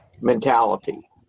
mentality